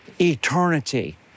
eternity